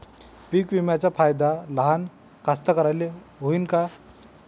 पीक विम्याचा फायदा लहान कास्तकाराइले होईन का?